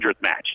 match